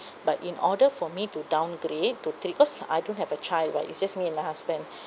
but in order for me to downgrade to three because I don't have a child [what] it's just me and my husband